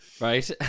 right